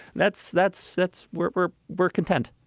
that's that's that's where we're we're content